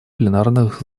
пленарных